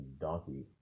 donkey